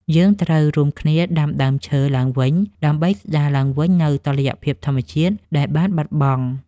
យើងត្រូវរួមគ្នាដាំដើមឈើឡើងវិញដើម្បីស្តារឡើងវិញនូវតុល្យភាពធម្មជាតិដែលបានបាត់បង់។